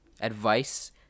advice